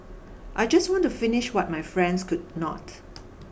I just want to finish what my friends could not